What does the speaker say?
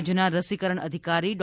રાજ્યના રસીકરણ અધિકારી ડો